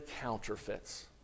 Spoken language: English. counterfeits